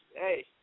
hey